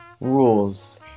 Rules